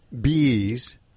bees